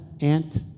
aunt